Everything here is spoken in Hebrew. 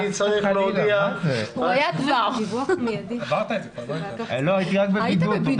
אני הייתי רק בבידוד.